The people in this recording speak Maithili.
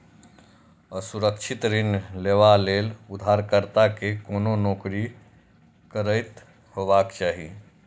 असुरक्षित ऋण लेबा लेल उधारकर्ता कें कोनो नौकरी करैत हेबाक चाही